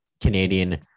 Canadian